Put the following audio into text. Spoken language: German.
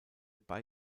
bei